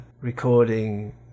recording